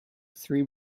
three